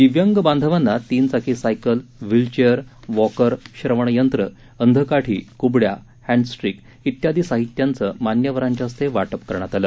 दिव्यांग बांधवांना तिनचाकी सायकल व्हील चेअर वॉकर श्रवणयंत्र अंधकाठी कुबङ्या हॅण्डस्ट्रीक इत्यादी साहित्याचं मान्यवरांच्या हस्ते वाटप करण्यात आलं